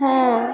ହଁ